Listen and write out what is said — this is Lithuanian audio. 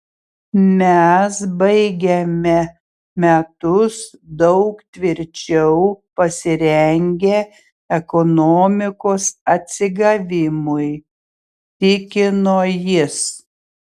mes baigiame metus daug tvirčiau pasirengę ekonomikos atsigavimui tikino jis